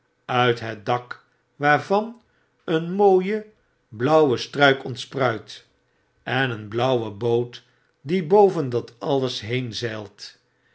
uit het dak waarvan een mooie blauwe struik ontspruit en een blauwe boot die boven dat alles